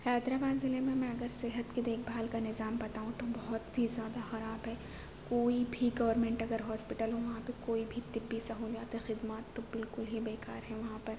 حیدرآباد ضلعے میں میں اگر صحت کے دیکھ بھال کا نظام بتاؤں تو بہت ہی زیادہ خراب ہے کوئی بھی گورنمنٹ اگر ہاسپیٹل ہوں وہاں پہ کوئی بھی طبی سہولیات خدمات بالکل ہی بیکار ہے وہاں پر